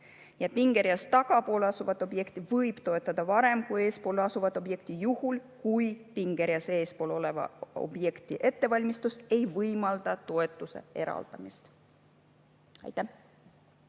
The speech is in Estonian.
Pingereas tagapool asuvat objekti võib toetada varem kui eespool asuvat objekti juhul, kui pingereas eespool oleva objekti ettevalmistus ei võimalda toetuse eraldamist."